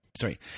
Sorry